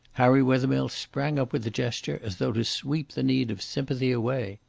harry wethermill sprang up with a gesture as though to sweep the need of sympathy away.